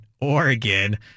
Oregon